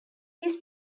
his